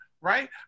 right